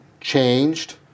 changed